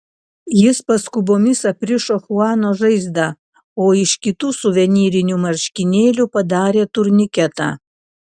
jis paskubomis aprišo chuano žaizdą o iš kitų suvenyrinių marškinėlių padarė turniketą